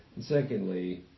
secondly